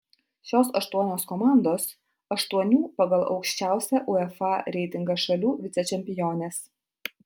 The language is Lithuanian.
šios aštuonios komandos aštuonių pagal aukščiausią uefa reitingą šalių vicečempionės